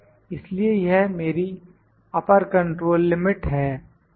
इसलिए यह मेरी अपर कंट्रोल लिमिट है